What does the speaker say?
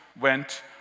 went